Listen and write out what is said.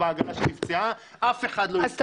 בעגלה שנפצעה אף אחד לא הסכים לחתום.